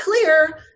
clear